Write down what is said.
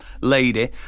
lady